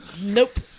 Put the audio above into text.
Nope